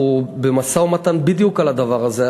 אנחנו במשא-ומתן בדיוק על הדבר הזה.